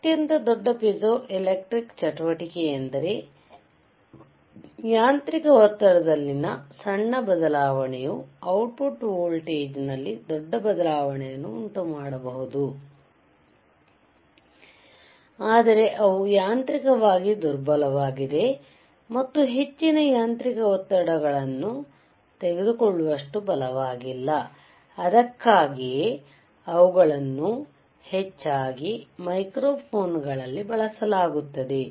ಅತ್ಯಂತ ದೊಡ್ಡ ಪಿಜೋಎಲೆಕ್ಟ್ರಿಕ್ ಚಟುವಟಿಕೆ ಎಂದರೆ ಯಾಂತ್ರಿಕ ಒತ್ತಡದಲ್ಲಿನ ಸಣ್ಣ ಬದಲಾವಣೆಯು ಔಟ್ ಪುಟ್ ವೋಲ್ಟೇಜ್ ನಲ್ಲಿ ದೊಡ್ಡ ಬದಲಾವಣೆಯನ್ನು ಉಂಟುಮಾಡಬಹುದು ಆದರೆ ಅವು ಯಾಂತ್ರಿಕವಾಗಿ ದುರ್ಬಲವಾಗಿದೆ ಮತ್ತು ಹೆಚ್ಚಿನ ಯಾಂತ್ರಿಕ ಒತ್ತಡಗಳನ್ನು ತಡೆದುಕೊಳ್ಳುವಷ್ಟು ಬಲವಾಗಿಲ್ಲಅದಕ್ಕಾಗಿಯೇ ಅವುಗಳನ್ನು ಹೆಚ್ಚಾಗಿ ಮೈಕ್ರೊಫೋನ್ ಗಳಲ್ಲಿ ಬಳಸಲಾಗುತ್ತದೆ